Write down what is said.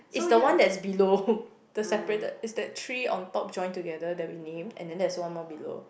is the one that's below the separated it's that three on top joined together that we named and then there's one more below